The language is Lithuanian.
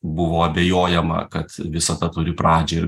buvo abejojama kad visata turi pradžią ir